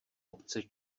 obce